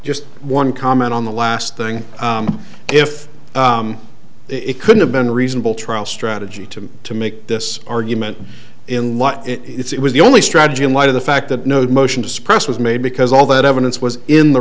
just one comment on the last thing if it could have been reasonable trial strategy to to make this argument in its it was the only strategy in light of the fact that no motion to suppress was made because all that evidence was in the